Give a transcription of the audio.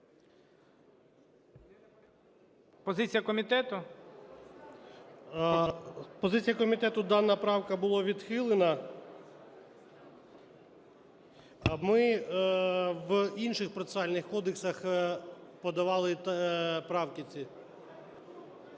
ПАВЛІШ П.В. Позиція комітету: дана правка була відхилена. Ми в інших процесуальних кодексах подавали правки ці.